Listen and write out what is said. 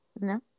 No